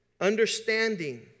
understanding